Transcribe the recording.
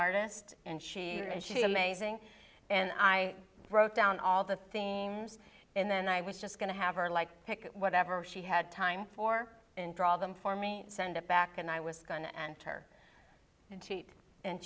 artist and she should be amazing and i wrote down all the themes and then i was just going to have her like pick whatever she had time for and draw them for me send it back and i was gone and her and cheat and